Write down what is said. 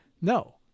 no